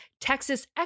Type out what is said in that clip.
Texas